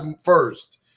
first